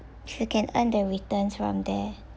she can earn the returns from there